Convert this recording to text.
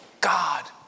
God